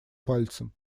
пальцем